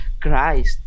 christ